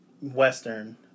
western